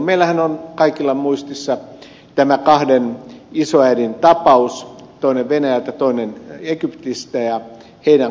meillähän on kaikilla muistissa tämä kahden isoäidin tapaus toinen venäjältä toinen egyptistä ja heidän kohtalonsa